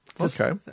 Okay